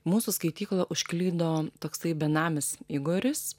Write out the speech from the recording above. mūsų skaityklą užklydo toksai benamis igoris